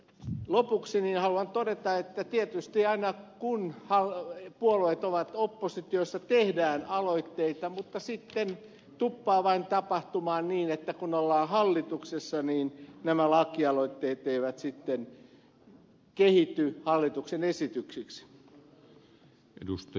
lopuksi haluan todeta että tietysti aina kun puolueet ovat oppositiossa tehdään aloitteita mutta sitten tuppaa vain tapahtumaan niin että kun ollaan hallituksessa nämä lakialoitteet eivät sitten kehity hallituksen esityksiksi